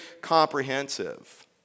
comprehensive